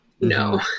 no